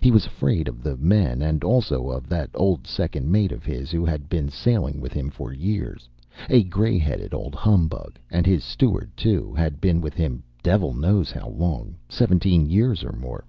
he was afraid of the men, and also of that old second mate of his who had been sailing with him for years a gray-headed old humbug and his steward, too, had been with him devil knows how long seventeen years or more